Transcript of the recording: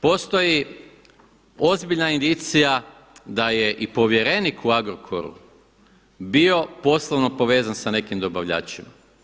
Postoji ozbiljna indicija da je i povjerenik u Agrokoru bio poslovno povezan sa nekim dobavljačima.